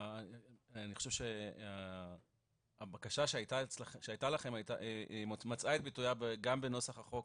אני חושב שהבקשה שהייתה לכם מצאה את ביטויה גם בנוסח החוק,